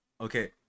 Okay